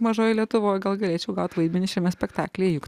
mažoje lietuvoje gal galėčiau gauti vaidmenį šiame spektaklyje juk